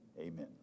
amen